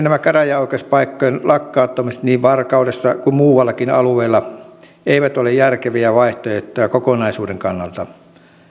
nämä käräjäoikeuspaikkojen lakkauttamiset varkaudessa tai muuallakaan alueella eivät ole järkeviä vaihtoehtoja kokonaisuuden kannalta